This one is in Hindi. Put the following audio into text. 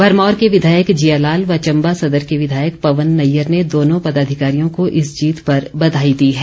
भरमौर के विधायक जीयालाल व चम्बा सदर के विधायक पवन नैयर ने दोनों पदाधिकारियों को इस जीत पर बधाई दी है